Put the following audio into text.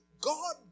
God